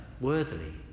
worthily